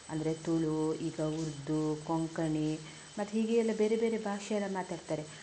ಅಂದರೆ ತುಳು ಈಗ ಉರ್ದು ಕೊಂಕಣಿ ಮತ್ತು ಹೀಗೆ ಎಲ್ಲ ಬೇರೆ ಬೇರೆ ಭಾಷೆ ಎಲ್ಲ ಮಾತಾಡ್ತಾರೆ